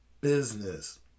business